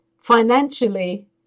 financially